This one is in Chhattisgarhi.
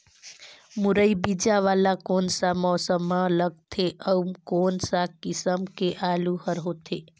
मुरई बीजा वाला कोन सा मौसम म लगथे अउ कोन सा किसम के आलू हर होथे?